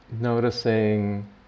noticing